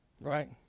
Right